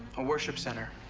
a worship center.